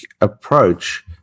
approach